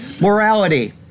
Morality